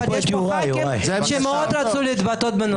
אבל יש פה ח"כים שמאוד רצו להתבטא בנושא.